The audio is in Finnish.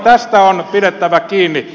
tästä on pidettävä kiinni